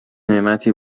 نعمتی